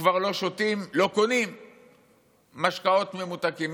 לא קונים משקאות ממותקים,